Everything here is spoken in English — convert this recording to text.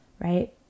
right